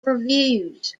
reviews